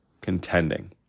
contending